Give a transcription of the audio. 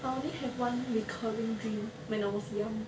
I only have one recurring dream when I was young